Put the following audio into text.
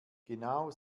genau